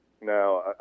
Now